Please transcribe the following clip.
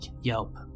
yelp